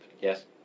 Yes